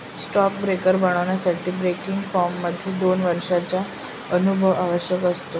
stock broker बनण्यासाठी broking firm मध्ये दोन वर्षांचा अनुभव आवश्यक असतो